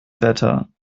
wetter